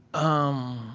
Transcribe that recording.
um,